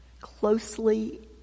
closely